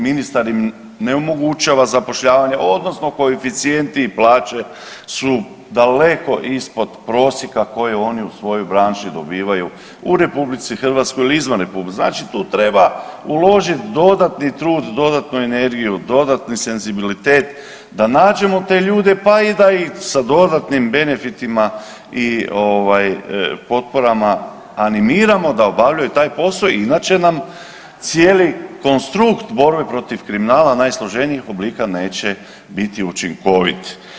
Ministar im ne omogućava zapošljavanja, odnosno koeficijenti i plaće su daleko ispod prosjeka koje oni u svojoj branši dobivaju u Republici Hrvatskoj ili izvan Republike, znači tu treba uložiti dodatni trud, dodatnu energiju, dodatni senzibilitet, da nađemo te ljude, pa i da ih sa dodatnim benefitima i ovaj, potporama, animiramo da obavljaju taj posao, inače nam cijeli konstrukt borbe protiv kriminala, najsloženijih oblika neće biti učinkovit.